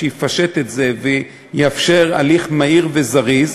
שיפשט את זה ויאפשר הליך מהיר וזריז,